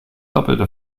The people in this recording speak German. doppelte